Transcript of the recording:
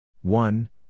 one